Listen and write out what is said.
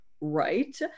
Right